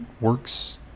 works